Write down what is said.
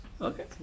okay